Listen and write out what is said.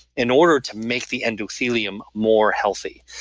in order to make the endothelium more healthy.